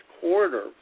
quarter